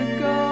go